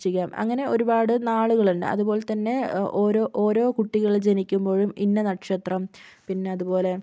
വൃശ്ചികം അങ്ങനെ ഒരുപാട് നാളുകളുണ്ട് അതുപോലെ തന്നെ ഓരോ ഓരോ കുട്ടികൾ ജനിക്കുമ്പോഴും ഇന്ന നക്ഷത്രം പിന്നെ അതുപോലെ